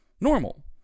normal